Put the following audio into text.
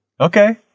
Okay